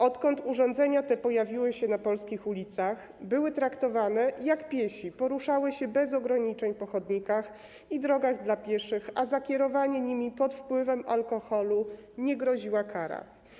Odkąd urządzenia te pojawiły się na polskich ulicach, były traktowane jak piesi: poruszały się bez ograniczeń po chodnikach i drogach dla pieszych, a za kierowanie nimi pod wpływem alkoholu nie groziła kara.